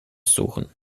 suchen